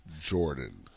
Jordan